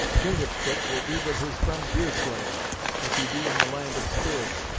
chingachgook will be with his friend deerslayer if he be in the land of spirits,